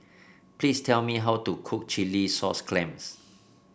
please tell me how to cook Chilli Sauce Clams